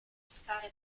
stare